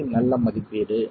இது நல்ல மதிப்பீடு